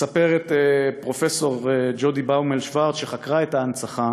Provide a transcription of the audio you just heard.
מספרת פרופסור ג'ודי באומל-שוורץ, שחקרה את ההנצחה